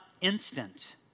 instant